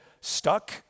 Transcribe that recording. stuck